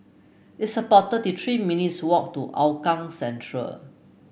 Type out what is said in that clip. it's about thirty three minutes' walk to Hougang Central